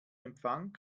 empfang